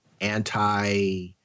anti